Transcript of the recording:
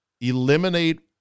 Eliminate